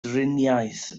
driniaeth